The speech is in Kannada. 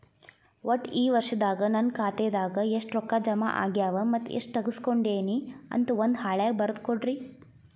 ಒಟ್ಟ ಈ ವರ್ಷದಾಗ ನನ್ನ ಖಾತೆದಾಗ ಎಷ್ಟ ರೊಕ್ಕ ಜಮಾ ಆಗ್ಯಾವ ಮತ್ತ ಎಷ್ಟ ತಗಸ್ಕೊಂಡೇನಿ ಅಂತ ಒಂದ್ ಹಾಳ್ಯಾಗ ಬರದ ಕೊಡ್ರಿ